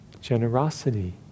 Generosity